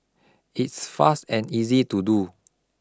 it's fast and easy to do